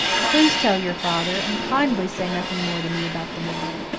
please tell your father and kindly say nothing more to me about the matter.